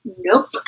Nope